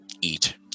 eat